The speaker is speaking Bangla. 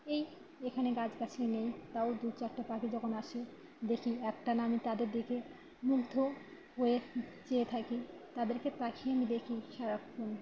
এই এখানে গাছগাছালি নেই তাও দু চারটা পাখি যখন আসে দেখি একটানা আমি তাদের দিকে মুগ্ধ হয়ে চেয়ে থাকি তাদেরকে তাকিয়ে আমি দেখি সারাক্ষণ